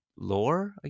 lore